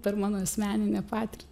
per mano asmeninę patirtį